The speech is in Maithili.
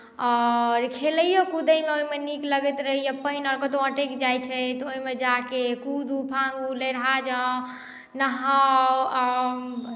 आओर खेलैयो कूदयमे ओहिमे नीक लगैत रहैए पानि आओर कतहु अटकि जाइत छै तऽ ओहिमे जा कऽ कुदू फानू लेढ़ा जाउ नहाउ आ